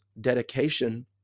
dedication